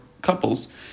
Couples